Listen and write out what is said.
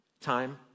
time